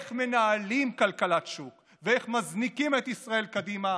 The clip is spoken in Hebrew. איך מנהלים כלכלת שוק ואיך מזניקים את ישראל קדימה,